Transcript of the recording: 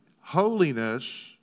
holiness